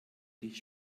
dich